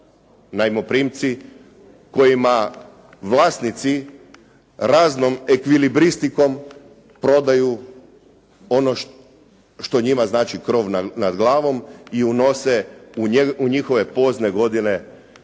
najmoprimci kojima vlasnici raznom ekvilibristikom prodaju ono što njima znači krov nad glavom i unose u njihove pozne godine nemir,